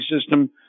system